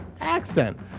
accent